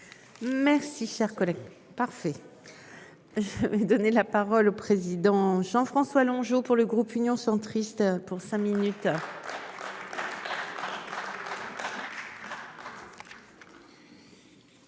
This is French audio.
Merci cher collègue. Parfait. Je vais donner la parole au président Jean-François Longeot pour le groupe Union centriste pour cinq minutes.